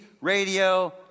radio